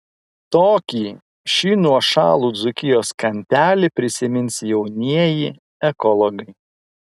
tokį šį nuošalų dzūkijos kampelį prisimins jaunieji ekologai